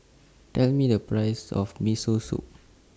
Tell Me The Price of Miso Soup